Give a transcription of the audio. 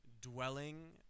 dwelling